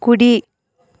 కుడి